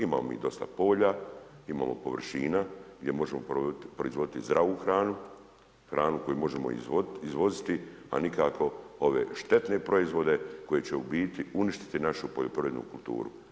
Imamo i dosta polja, imamo površina, gdje možemo proizvoditi zdravu hranu, hranu koju možemo izvoziti, a nikako ove štetne proizvode, koji će u biti uništiti našu poljoprivrednu kulturu.